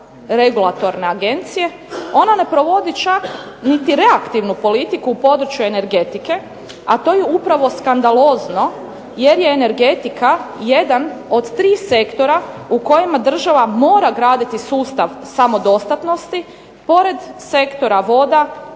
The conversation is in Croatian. regulatorne agencije, ona ne provodi čak niti reaktivnu politiku u području energetike, a to je upravo skandalozno, jer je energetika jedan od tri sektora u kojima država mora graditi sustav samodostatnosti pored sektora voda,